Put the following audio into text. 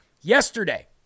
yesterday